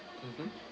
mmhmm